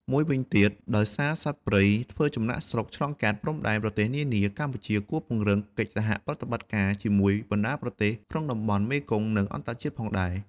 មួយវិញទៀត ដោយសារសត្វព្រៃធ្វើចំណាកស្រុកឆ្លងកាត់ព្រំដែនប្រទេសនានា កម្ពុជាគួរពង្រឹងកិច្ចសហប្រតិបត្តិការជាមួយបណ្ដាប្រទេសក្នុងតំបន់មេគង្គ និងអន្តរជាតិផងដែរ។